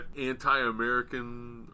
anti-American